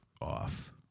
off